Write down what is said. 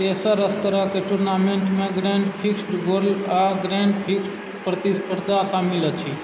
तेसर स्तरक टूर्नामेन्ट मे ग्रैण्ड प्रिक्स गोल्ड आ ग्रैण्ड प्रिक्स प्रतिस्पर्धा शामिल अछि